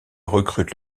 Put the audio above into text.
recrutent